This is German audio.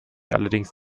allerdings